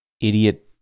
Idiot